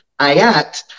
ayat